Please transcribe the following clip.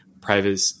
private